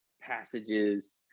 passages